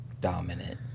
dominant